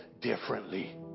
differently